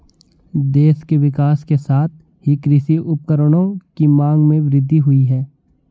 देश के विकास के साथ ही कृषि उपकरणों की मांग में वृद्धि हुयी है